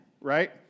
right